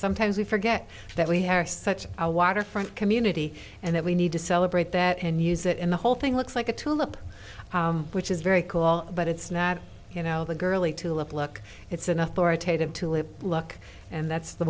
sometimes we forget that we are such a waterfront community and that we need to celebrate the that and use it in the whole thing looks like a tulip which is very cool but it's not you know the girly tulip look it's an authoritative to live look and that's the